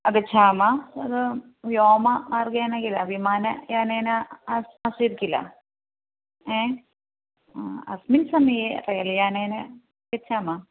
अगच्छाम तदा व्योममार्गेन किल विमानयानेन आसीत् आसीत् किल एवम् अस्मिन् समये रेल् यानेन गच्छामः